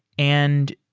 and